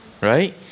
Right